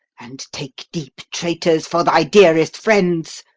and take deep traitors for thy dearest friends!